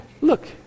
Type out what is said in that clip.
Look